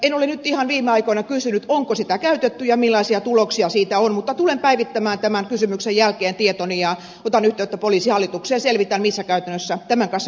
en ole ihan viime aikoina kysynyt onko sitä käytetty ja millaisia tuloksia siitä on mutta tulen päivittämään tämän kysymyksen jälkeen tietoni ja otan yhteyttä poliisihallitukseen ja selvitän missä tämän kanssa käytännössä mennään